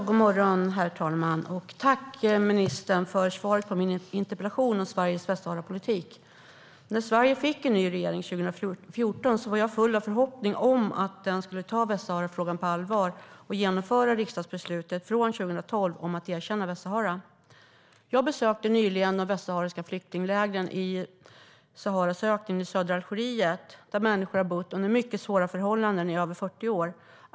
Herr talman! Tack, ministern, för svaret på min interpellation om Sveriges Västsaharapolitik! När Sverige fick en ny regering 2014 var jag fylld av förhoppning om att den skulle ta Västsaharafrågan på allvar och genomföra riksdagsbeslutet från 2012 om att erkänna Västsahara. Jag besökte nyligen de västsahariska flyktinglägren i Saharas öken i södra Algeriet, där människor har bott under mycket svåra förhållanden i över 40 år.